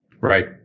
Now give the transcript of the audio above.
Right